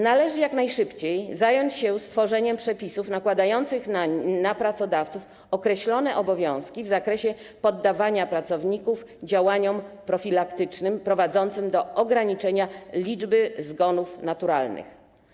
Należy jak najszybciej zająć się stworzeniem przepisów nakładających na pracodawców określone obowiązki w zakresie poddawania pracowników działaniom profilaktycznym prowadzącym do ograniczenia liczby zgonów naturalnych.